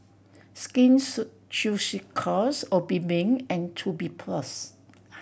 Skin Ceuticals Obimin and Tubifast